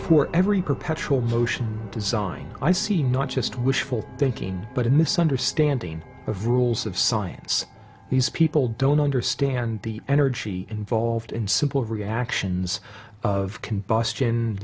for every perpetual motion design i see not just wishful thinking but a misunderstanding of rules of science these people don't understand the energy involved in simple reactions of